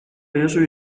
diozu